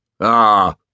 Ah